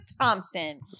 Thompson